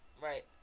Right